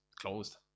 closed